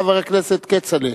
חבר הכנסת כצל'ה,